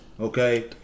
Okay